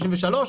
33',